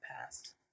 past